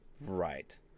Right